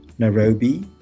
Nairobi